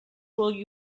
will